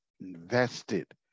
invested